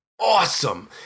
awesome